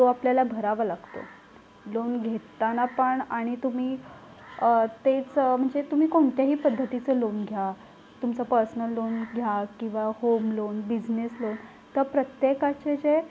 तो आपल्याला भरावा लागतो लोन घेताना पण आणि तुम्ही तेच म्हणजे तुम्ही कोणत्याही पद्धतीचं लोन घ्या तुमचं पर्सनल लोन घ्या किंवा होम लोन बिजनेस लोन तर प्रत्येकाचे जे